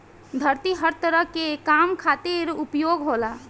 धरती हर तरह के काम खातिर उपयोग होला